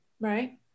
right